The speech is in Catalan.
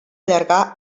allargar